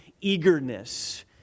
eagerness